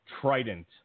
Trident